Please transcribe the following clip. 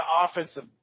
offensive